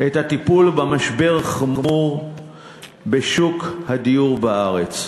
את הטיפול במשבר החמור בשוק הדיור בארץ.